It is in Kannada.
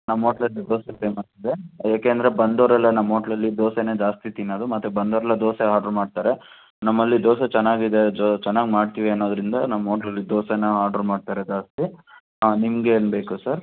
ನಮ್ಮ ಓಟ್ಲಲ್ಲಿ ದೋಸೆ ಫೇಮಸ್ ಇದೆ ಏಕೆ ಅಂದರೆ ಬಂದೋರೆಲ್ಲ ನಮ್ಮ ಓಟ್ಲಲ್ಲಿ ದೋಸೆನೇ ಜಾಸ್ತಿ ತಿನ್ನೋದು ಮತ್ತು ಬಂದೋರೆಲ್ಲ ದೋಸೆ ಆರ್ಡ್ರ್ ಮಾಡ್ತಾರೆ ನಮ್ಮಲ್ಲಿ ದೋಸೆ ಚೆನ್ನಾಗಿದೆ ಚೆನ್ನಾಗಿ ಮಾಡ್ತೀವಿ ಅನ್ನೋದರಿಂದ ನಮ್ಮ ಓಟ್ಲಲ್ಲಿ ದೋಸೆನ ಆರ್ಡರ್ ಮಾಡ್ತಾರೆ ಜಾಸ್ತಿ ನಿಮ್ಗೇನು ಬೇಕು ಸರ್